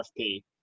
RFP